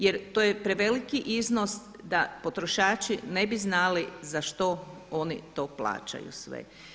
Jer to je preveliki iznos da potrošači ne bi znali za što oni to plaćaju sve.